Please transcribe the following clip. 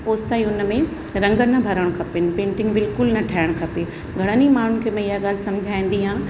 ओस ताईं हुन में रंग न भरण खपेनि पेंटिंग बिल्कुलु न ठाहिण खपे घणनि ई माण्हुनि खे मां इहा ॻाल्हि समुझाईंदी आहियां